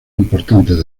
importantes